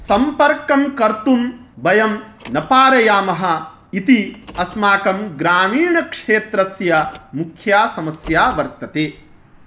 सम्पर्कं कर्तुं वयं न पारयामः इति अस्माकं ग्रामीणक्षेत्रस्य मुख्या समस्या वर्तते